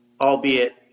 albeit